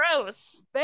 gross